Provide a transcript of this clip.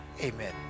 amen